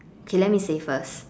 okay let me say first